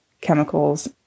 chemicals